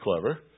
clever